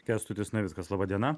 kęstutis navickas laba diena